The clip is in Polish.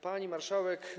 Pani Marszałek!